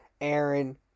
Aaron